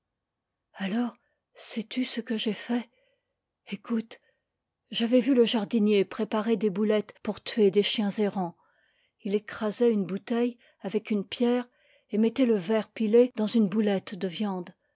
alors sais-tu ce que j'ai fait écoute j'avais vu le jardinier préparer des boulettes pour tuer des chiens errants ii écrasait une bouteille avec une pierre et mettait le verre pilé dans une boulette de viande